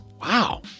Wow